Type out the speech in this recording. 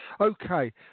Okay